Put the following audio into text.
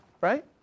right